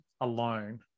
alone